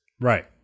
Right